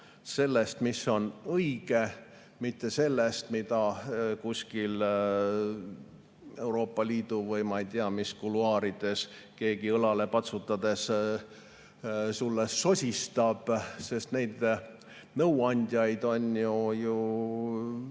sellest, mis on õige, mitte sellest, mida kuskil Euroopa Liidu või ma ei tea mis kuluaarides keegi sulle õlale patsutades sosistab, sest neid nõuandjaid on ju